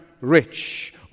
rich